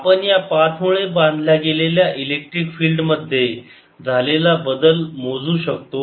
आपण या पाथमुळे बांधल्या गेलेल्या इलेक्ट्रिक फील्ड मध्ये झालेला बदल मोजू शकतो